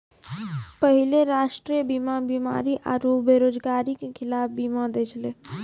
पहिले राष्ट्रीय बीमा बीमारी आरु बेरोजगारी के खिलाफ बीमा दै छलै